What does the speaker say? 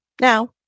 Now